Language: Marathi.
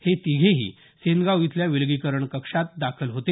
हे तिघेही सेनगाव इथल्या विलगीकरण कक्षात दाखल होते